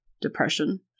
depression